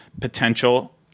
potential –